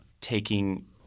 taking